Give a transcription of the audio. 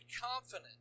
confident